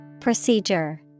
Procedure